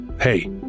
hey